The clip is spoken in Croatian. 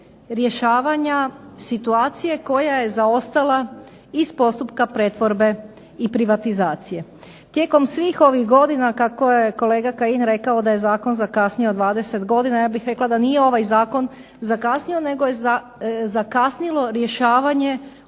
rješavanja situacije koja je zaostala iz postupka pretvorbe i privatizacije. Tijekom svih ovih godina kako je kolega Kajin rekao da je zakon zakasnio 20 godina, ja bih rekla da nije ovaj zakon zakasnio, nego je zakasnilo rješavanje